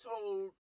told